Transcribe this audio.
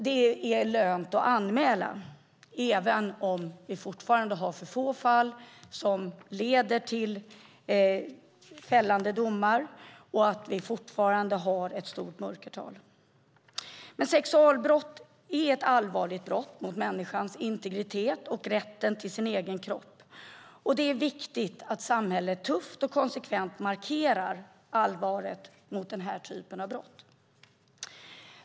Det är lönt att anmäla även om vi fortfarande har för få fall som leder till fällande domar och det fortfarande finns ett stort mörkertal. Sexualbrott är allvarliga brott mot en människas integritet och rätten till sin egen kropp. Det är viktigt att samhället tufft och konsekvent markerar allvaret i den här typen av brott.